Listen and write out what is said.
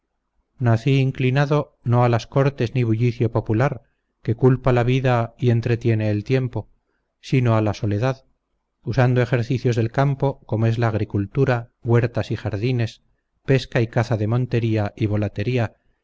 nací inclinado no a las cortes ni bullicio popular que culpa la vida y entretiene el tiempo sino a la soledad usando ejercicios del campo como es la agricultura huertas y jardines pesca y caza de montería y volatería